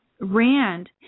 Rand